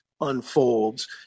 unfolds